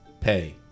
pay